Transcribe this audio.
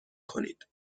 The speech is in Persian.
کنید